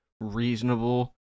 reasonable